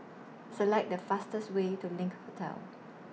Select The fastest Way to LINK Hotel